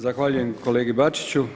Zahvaljujem kolegi Bačiću.